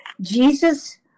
Jesus